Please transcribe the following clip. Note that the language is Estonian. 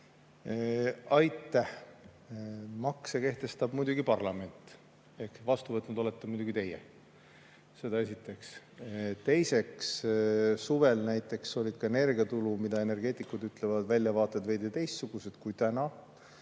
Aitäh! Makse kehtestab parlament ehk vastu võtnud olete muidugi teie. Seda esiteks. Teiseks, suvel näiteks olid ka energiaturul, nagu energeetikud ütlevad, väljavaated veidi teistsugused kui täna.